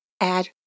add